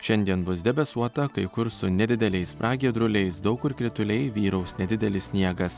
šiandien bus debesuota kai kur su nedideliais pragiedruliais daug kur krituliai vyraus nedidelis sniegas